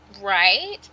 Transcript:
Right